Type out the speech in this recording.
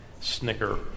Snicker